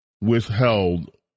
withheld